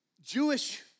Jewish